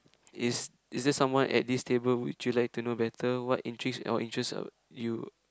is is there someone at this table would you like to know better what intrigues or interests uh you